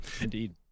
Indeed